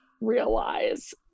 realize